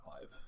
live